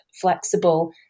flexible